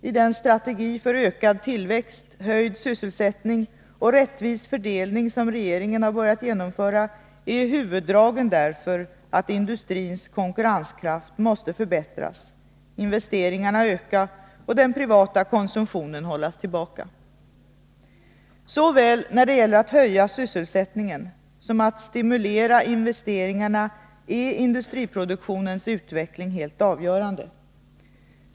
I den strategi för ökad tillväxt, höjd sysselsättning och rättvis fördelning som regeringen har börjat genomföra är huvuddragen därför, att industrins konkurrenskraft måste förbättras, investeringarna öka och den privata konsumtionen hållas tillbaka. Såväl när det gäller att höja sysselsättningen som att stimulera investeringarna är industriproduktionens utveckling helt avgörande.